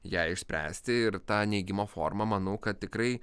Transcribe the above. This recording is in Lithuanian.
ją išspręsti ir ta neigimo forma manau kad tikrai